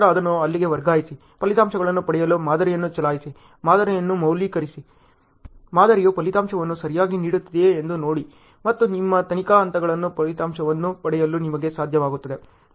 ನಂತರ ಅದನ್ನು ಅಲ್ಲಿಗೆ ವರ್ಗಾಯಿಸಿ ಫಲಿತಾಂಶಗಳನ್ನು ಪಡೆಯಲು ಮಾದರಿಯನ್ನು ಚಲಾಯಿಸಿ ಮಾದರಿಯನ್ನು ಮೌಲ್ಯೀಕರಿಸಿ ಮಾದರಿಯು ಫಲಿತಾಂಶವನ್ನು ಸರಿಯಾಗಿ ನೀಡುತ್ತಿದೆಯೇ ಎಂದು ನೋಡಿ ಮತ್ತು ನಿಮ್ಮ ತನಿಖಾ ಹಂತಗಳ ಫಲಿತಾಂಶವನ್ನು ಪಡೆಯಲು ನಿಮಗೆ ಸಾಧ್ಯವಾಗುತ್ತದೆ